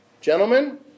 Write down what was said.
Gentlemen